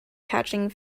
catching